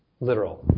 literal